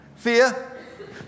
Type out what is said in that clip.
Fear